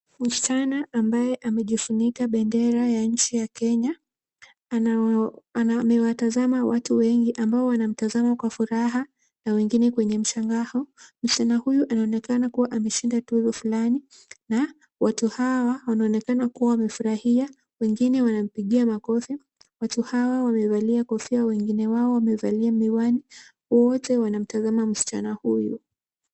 Msichana ambaye amejifunika bendera ya nchi ya Kenya, anawa amewatazama watu wengi ambao wanamtazama kwa furaha na wengine kwa mshangao. Msichana huyu anaonekana kuwa ameshinda tuzo fulani na watu hawa wanaonekana kuwa wamefurahia. Wengine wanampigia makofi, watu hawa wamevalia kofia, wengine wao wamevalia miwani, wote wanamtazama msichana huyu.